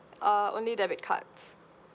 uh only debit cards